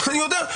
אני יודע,